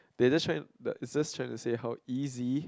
they just try he just trying to say how easy